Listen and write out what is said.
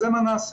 זה מה שנעשה.